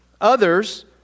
Others